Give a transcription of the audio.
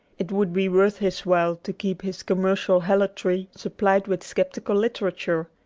it would be worth his while to keep his commercial helotry supplied with sceptical literature.